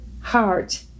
heart